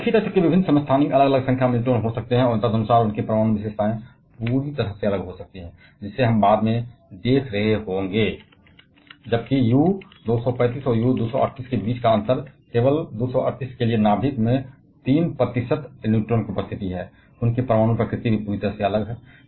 तो एक ही तत्व के विभिन्न समस्थानिक अलग अलग संख्या में न्यूट्रॉन हो सकते हैं और तदनुसार उनकी परमाणु विशेषताएं पूरी तरह से अलग हो सकती हैं जैसे हम बाद में देख रहे होंगे जबकि U 235 और U 238 के बीच का अंतर केवल U 238 के लिए नाभिक में 3 अतिरिक्त न्यूट्रॉन की उपस्थिति है उनकी परमाणु प्रकृति पूरी तरह से अलग है